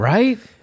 Right